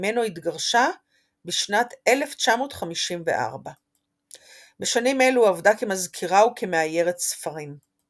ממנו התגרשה בשנת 1954. בשנים אלו עבדה כמזכירה וכמאיירת ספרים.